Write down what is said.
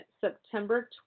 September